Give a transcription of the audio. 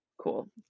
Cool